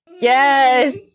Yes